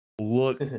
Look